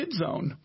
KidZone